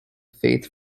faith